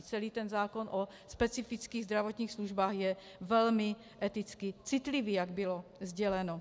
Celý zákon o specifických zdravotních službách je velmi eticky citlivý, jak bylo sděleno.